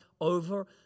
Over